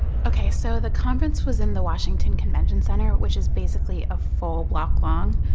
ok. so the conference was in the washington convention center, which is basically a full block long.